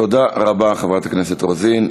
תודה רבה, חברת הכנסת רוזין.